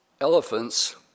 elephants